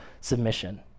submission